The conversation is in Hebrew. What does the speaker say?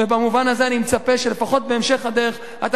ובמובן הזה אני מצפה שלפחות בהמשך הדרך אתה